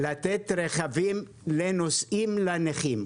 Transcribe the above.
לתת רכבי נוסעים לנכים.